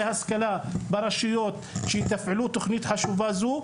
השכלה ברשויות שיתפעלו תוכנית חשובה זו,